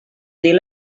dir